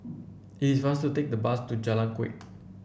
it is faster to take the bus to Jalan Kuak